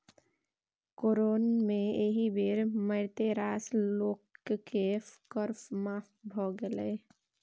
corona मे एहि बेर मारिते रास लोककेँ कर माफ भए गेलै